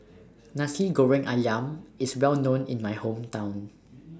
Nasi Goreng Ayam IS Well known in My Hometown